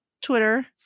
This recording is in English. Twitter